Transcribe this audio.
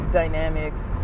dynamics